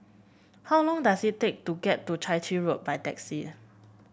how long does it take to get to Chai Chee Road by taxi